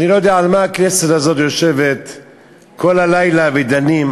אני לא יודע על מה הכנסת הזאת יושבת כל הלילה ודנה.